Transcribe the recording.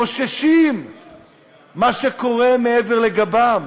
חוששים ממה שקורה מעבר לגבם,